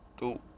two